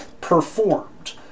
performed